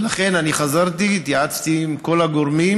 ולכן חזרתי והתייעצתי עם כל הגורמים,